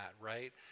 right